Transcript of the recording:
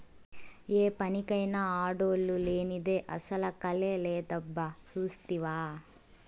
ఏ పనికైనా ఆడోల్లు లేనిదే అసల కళే లేదబ్బా సూస్తివా